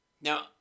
Now